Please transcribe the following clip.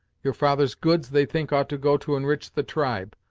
your father's goods they think ought to go to enrich the tribe,